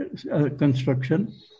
construction